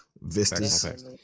vistas